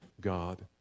God